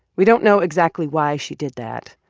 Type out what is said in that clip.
we don't know exactly why she did that.